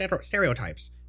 stereotypes